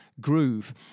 groove